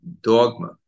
dogma